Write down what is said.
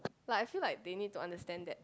like I feel like they need to understand that